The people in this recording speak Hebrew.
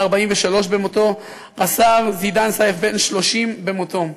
בן 43 במותו, רס"ר זידאן סייף, בן 30 במותו,